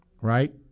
Right